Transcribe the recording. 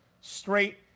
straight